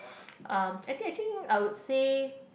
uh I think actually I would say